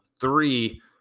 three